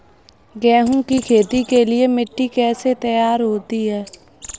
गेहूँ की खेती के लिए मिट्टी कैसे तैयार होती है?